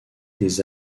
des